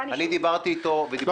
אני דיברתי איתו, ודיברתי איתו בבוקר.